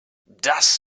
das